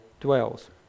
dwells